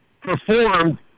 performed